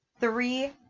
three